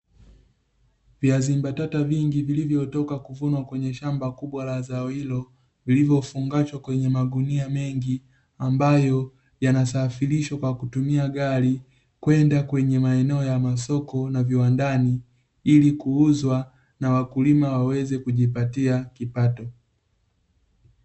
Viazi mbatata vingi vilivyotoka kuvunwa kwenye shamba kubwa la zao hilo. Vilivyofungashwa kwenye magunia mengi ambayo yanasafirishwa kwa kutumia gari kwenda kwenye maeneo ya masoko na viwandani, ili kuuzwa na wakulima waweze kujipatia kipato.